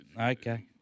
Okay